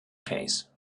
case